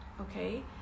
okay